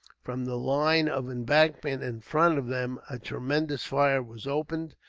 from the line of embankment in front of them a tremendous fire was opened.